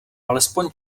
alespoň